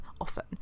often